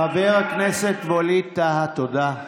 חבר הכנסת ווליד טאהא, תודה.